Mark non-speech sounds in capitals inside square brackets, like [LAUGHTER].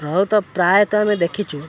[UNINTELLIGIBLE] ପ୍ରାୟତଃ ଆମେ ଦେଖିଛୁ